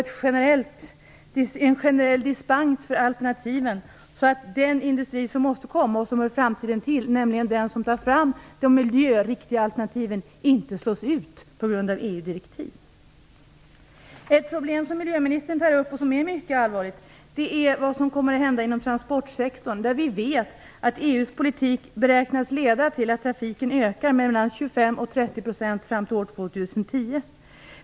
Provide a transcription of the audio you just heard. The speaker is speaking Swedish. Vi måste få en generell dispens för alternativen så att den industri som måste komma och som hör framtiden till, nämligen den som tar fram de miljöriktiga alternativen, inte slås ut på grund av EU Ett problem som miljöministern tar upp och som är mycket allvarligt är transportsektorn och vad som kommer att hända där. Vi vet att EU:s politik beräknas leda till att trafiken ökar med mellan 25 och 30 % fram till år 2010.